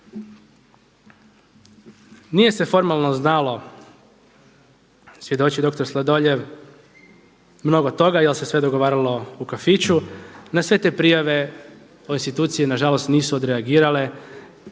Nije se formalno znalo, svjedoči dr. Sladoljev mnogo toga jer se sve dogovaralo u kafiću, na sve te prijave institucije nažalost nisu reagirale,